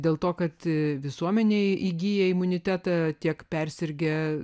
dėl to kad visuomenė įgyja imunitetą tiek persirgę